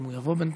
אם יבוא בינתיים.